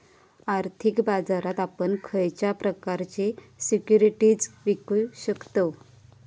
आर्थिक बाजारात आपण खयच्या प्रकारचे सिक्युरिटीज विकु शकतव?